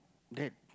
that